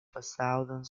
thousand